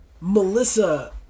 Melissa